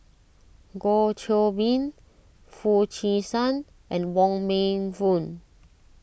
Goh Qiu Bin Foo Chee San and Wong Meng Voon